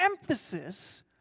emphasis